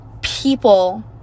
people